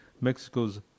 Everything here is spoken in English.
Mexico's